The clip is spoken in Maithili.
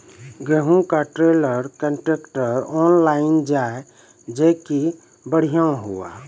गेहूँ का ट्रेलर कांट्रेक्टर ऑनलाइन जाए जैकी बढ़िया हुआ